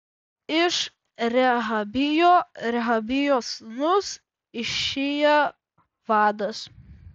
iš rehabijo rehabijo sūnus išija vadas